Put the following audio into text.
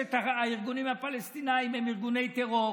שששת הארגונים הפלסטיניים הם ארגוני טרור?